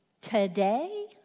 Today